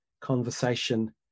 conversation